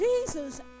Jesus